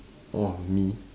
orh me